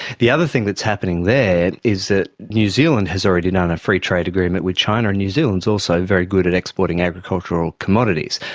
the other thing that's happening there is that new zealand has already done a free-trade agreement with china, and new zealand is also very good at exporting agricultural commodities.